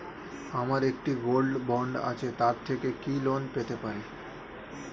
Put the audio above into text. আমার একটি gold bond আছে তার থেকে কি লোন পেতে পারি?